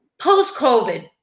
post-COVID